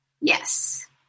Yes